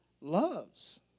loves